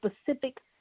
specific